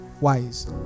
wise